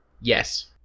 yes